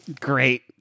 great